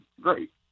great